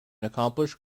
accomplished